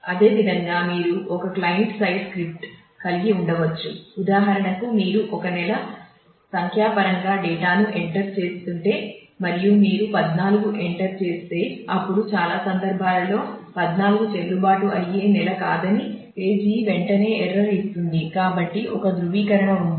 అదేవిధంగా మీరు ఒక క్లయింట్ సైడ్ ఇస్తుంది కాబట్టి ఒక ధ్రువీకరణ ఉంది